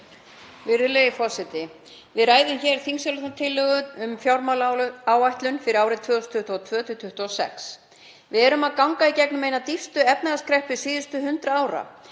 Við ræðum hér þingsályktunartillögu um fjármálaáætlun fyrir árin 2022–2026. Við erum að ganga í gegnum eina dýpstu efnahagskreppu síðustu 100 ára